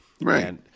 right